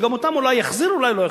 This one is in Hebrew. שגם אותם אולי יחזיר ואולי לא יחזיר.